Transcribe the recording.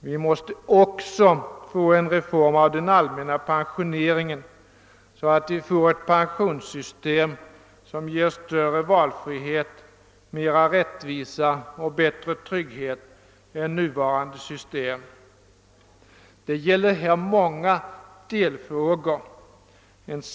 Vi måste vidare få till stånd en reform av den allmänna pensioneringen, så att det skapas ett pensionssystem som ger större valfrihet, mera rättvisa och bättre trygghet än nuvarande system. Det gäller här många delfrågor.